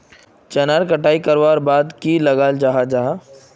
चनार कटाई करवार बाद की लगा जाहा जाहा?